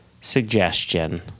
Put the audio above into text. suggestion